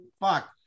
fuck